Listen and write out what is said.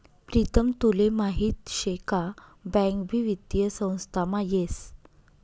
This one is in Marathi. प्रीतम तुले माहीत शे का बँक भी वित्तीय संस्थामा येस